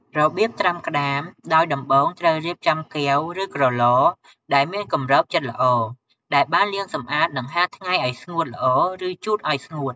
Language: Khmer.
របៀបត្រាំក្ដាម ដោយដំបូងត្រូវរៀបចំ កែវ ឬក្រឡ ដែលមានគម្របជិតល្អ ដែលបានលាងសម្អាត និងហាលថ្ងៃឲ្យស្ងួតល្អ ឫជូតឲ្យស្ងួត។